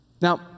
Now